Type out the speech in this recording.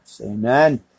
Amen